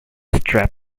strap